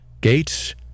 Gates